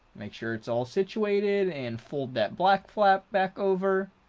make sure it's all situated and fold that black flap back over